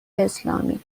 اسلامی